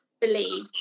believe